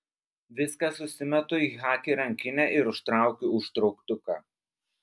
viską susimetu į chaki rankinę ir užtraukiu užtrauktuką